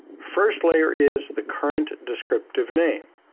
first layer is the current descriptive name.